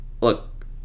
Look